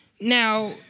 Now